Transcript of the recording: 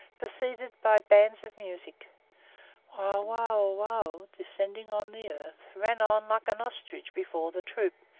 preceded by bands of music while wauwau, descending on the earth, ran on like an ostrich before the troop,